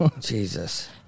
Jesus